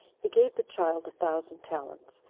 he gave the child a thousand talents,